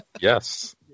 Yes